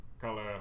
color